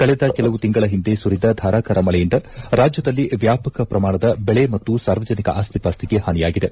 ಕಳೆದ ಕೆಲವು ತಿಂಗಳ ಹಿಂದೆ ಸುರಿದ ಧಾರಾಕಾರ ಮಳೆಯಿಂದ ರಾಜ್ಯದಲ್ಲಿ ವ್ಯಾಪಕ ಪ್ರಮಾಣದ ಬೆಳೆ ಮತ್ತು ಸಾರ್ವಜನಿಕ ಆಸ್ತಿಪಾಸ್ತಿಗೆ ವಾನಿಯಾಗಿದೆ